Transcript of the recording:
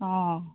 অঁ